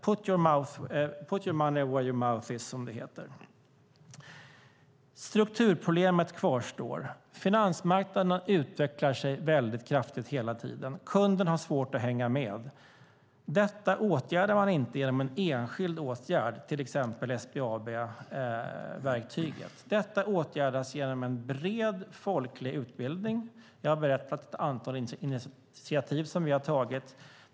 Put your money where your mouth is, som det heter. Strukturproblemet kvarstår. Finansmarknaderna utvecklar sig väldigt kraftigt hela tiden. Kunden har svårt att hänga med. Detta åtgärdar man inte genom en enskild åtgärd, till exempel SBAB-verktyget. Detta åtgärdas genom en bred folklig utbildning. Jag har berättat om ett antal initiativ som vi har tagit.